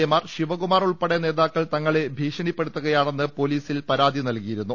എമാർ ശിവകുമാർ ഉൾപ്പെടെ നേതാക്കൾ തങ്ങളെ ഭീഷണിപ്പെടു ത്തുകയാണെന്ന് പൊലീസിൽ പരാതി നൽകിയിരുന്നു